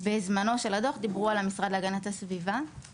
בזמנו של הדוח דיברו על המשרד להגנת הסביבה,